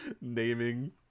naming